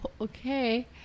Okay